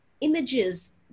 images